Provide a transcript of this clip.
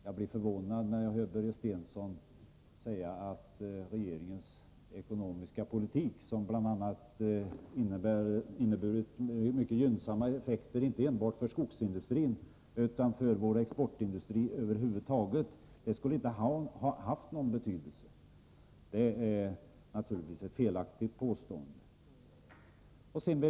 Jag blev förvånad, när jag hörde Börje Stensson säga att regeringens ekonomiska politik, som har haft mycket gynnsamma effekter inte bara för skogsindustrin utan även för vår exportindustri över huvud taget, inte skulle ha haft någon betydelse. Det är naturligtvis ett felaktigt påstående.